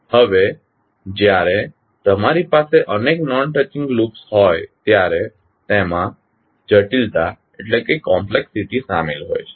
હવે જ્યારે તમારી પાસે અનેક નોન ટચિંગ લૂપ્સ હોય ત્યારે તેમાં જટિલતા શામેલ હોય છે